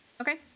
Okay